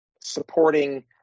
supporting